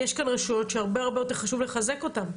יש כאן רשויות שהרבה יותר חשוב לחזק אותן,